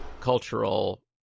cultural